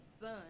son